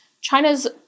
China's